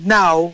now